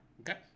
Okay